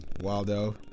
Waldo